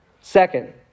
Second